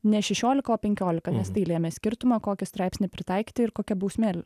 ne šešiolika o penkiolika nes tai lėmė skirtumą kokį straipsnį pritaikyti ir kokia bausmė